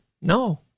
No